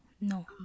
No